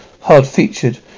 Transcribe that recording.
hard-featured